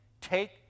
take